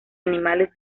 animales